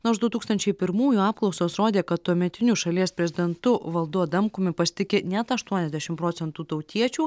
nors du tūkstančiai pirmųjų apklausos rodė kad tuometiniu šalies prezidentu valdu adamkumi pasitiki net aštuoniasdešim procentų tautiečių